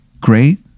great